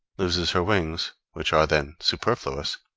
loses her wings, which are then superfluous,